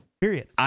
Period